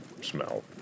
smell